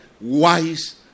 wise